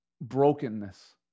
Brokenness